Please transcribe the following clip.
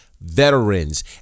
veterans